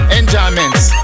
enjoyments